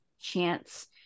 chance